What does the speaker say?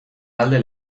alde